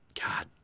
god